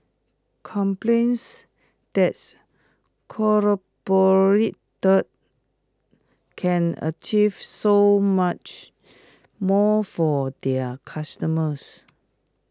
companies that collaborate can achieve so much more for their customers